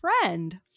friend